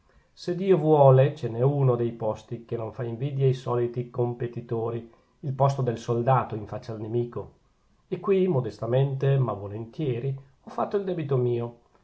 se dio vuole ce n'è uno dei posti che non fa invidia ai soliti competitori il posto del soldato in faccia al nemico e qui modestamente ma volentieri ho fatto il debito mio